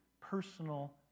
personal